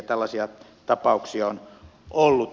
tällaisia tapauksia on ollut